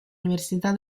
università